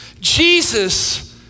Jesus